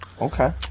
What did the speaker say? Okay